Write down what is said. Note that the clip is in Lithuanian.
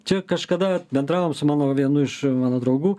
čia kažkada bendravom su mano vienu iš mano draugų